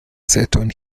seton